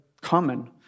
common